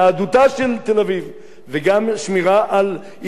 וגם שמירה על ישראליותה של תל-אביב.